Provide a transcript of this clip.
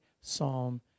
Psalm